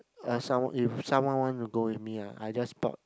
uh someone if someone want to go with me ah I just bought